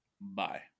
Bye